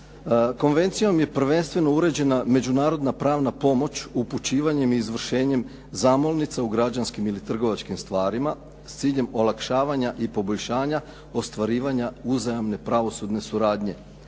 Konvencijom je prvenstveno uređena međunarodna pravna pomoć upućivanjem i izvršenjem zamolnica u građanskim ili trgovačkim stvarima s ciljem olakšavanja i poboljšanja ostvarivanja uzajamne pravne suradnje.